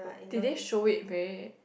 did they show it very